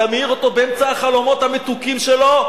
אתה מעיר אותו באמצע החלומות המתוקים שלו,